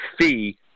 fee